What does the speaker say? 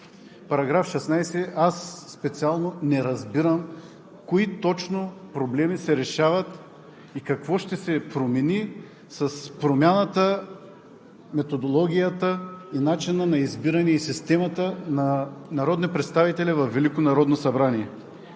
–§ 16, аз специално не разбирам кои точно проблеми се решават и какво ще се промени с промяна на методологията, начина на избиране и системата на народни представители във